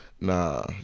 Nah